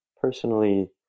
personally